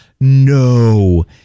no